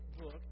book